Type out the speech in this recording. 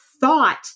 thought